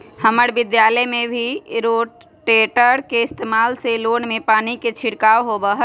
हम्मर विद्यालय में भी रोटेटर के इस्तेमाल से लोन में पानी के छिड़काव होबा हई